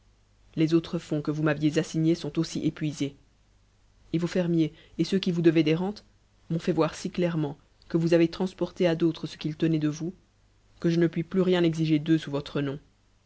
les autres fonds que vous m'aviez assignés t aussi épuisés et vos fermiers et ceux qui vous devaient des rentes jt t voir si clairement que vous avez transporté à d'autres ce qu'ils mient de vous que je ne puis plus rien exiger d'eux sous votre nom